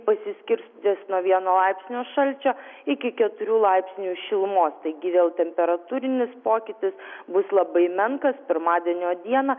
pasiskirstys nuo vieno laipsnio šalčio iki keturių laipsnių šilumos taigi vėl temperatūrinis pokytis bus labai menkas pirmadienio dieną